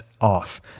off